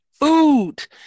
food